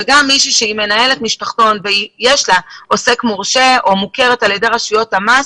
מי שמנהלת משפחתון ויש לה עוסק מורשה או מוכרת על ידי רשויות המס,